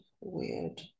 weird